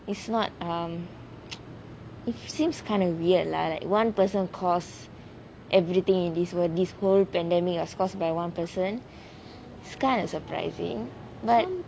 it's not um it seems kind of weird lah like one person because everything in this world this whole pandemic is caused by one person it's kind of surprising like